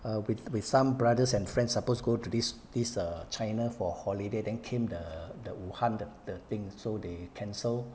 err with with some brothers and friends supposed go to this this err china for holiday then came the the 武汉 the thing so they cancel